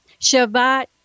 Shabbat